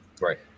Right